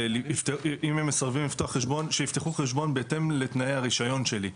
שאם הם מסרבים לפתוח חשבון שיפתחו חשבון בהתאם לתנאי הרישיון שלי.